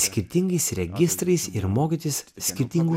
skirtingais registrais ir mokytis skirtingų